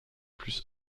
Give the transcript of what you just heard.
plus